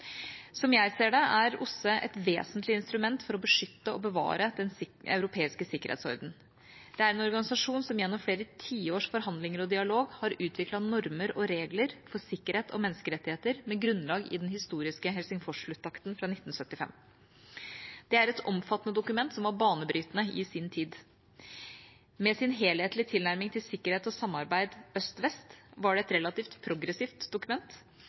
Slik jeg ser det, er OSSE et vesentlig instrument for å beskytte og bevare den europeiske sikkerhetsordenen. Det er en organisasjon som gjennom flere tiårs forhandlinger og dialog har utviklet normer og regler for sikkerhet og menneskerettigheter, med grunnlag i den historiske Helsingsforssluttakten fra 1975. Det er et omfattende dokument som var banebrytende i sin tid. Med sin helhetlige tilnærming til sikkerhet og samarbeid øst–vest var det et relativt progressivt dokument